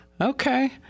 Okay